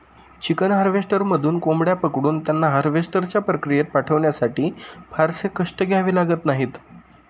chicken हार्वेस्टरमधून कोंबड्या पकडून त्यांना हार्वेस्टच्या प्रक्रियेत पाठवण्यासाठी फारसे कष्ट घ्यावे लागत नाहीत